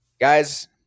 Guys